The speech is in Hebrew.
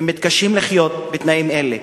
והם מתקשים לחיות בתנאים אלה.